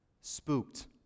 spooked